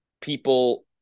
People